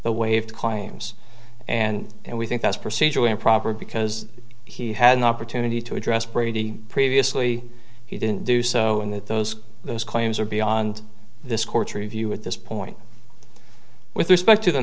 the wave claims and and we think that's procedurally improper because he had an opportunity to address brady previously he didn't do so and that those those claims are beyond this courtroom view at this point with respect to the